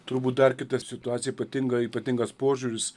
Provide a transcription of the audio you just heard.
turbūt dar kita situacija ypatinga ypatingas požiūris